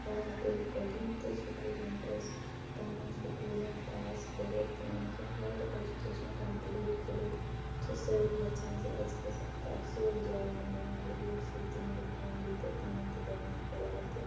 آ بالکل یِم تہِ سٹوڈَنٹٕس پَنٕنۍ سکوٗلِنٛگ پاس کٔرِتھ یعنی کہِ ہایَر ایٚجوُکیشَن کَمپٕلیٖٹ کٔرِتھ چھِ سٲری یَژھان زِ اسہِ گَژھہِ اَکھ اصۭل جوٛاب میلُن زِ ییٚمہِ سۭتۍ تِہِنٛدِ فیملی تہٕ تِمَن تہِ بیٚنِفِٹ واتہِ